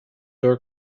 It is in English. door